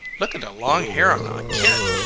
lookada long hair on a kid!